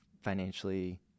financially